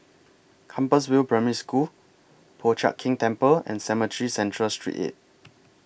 Compassvale Primary School Po Chiak Keng Temple and Cemetry Central Street eight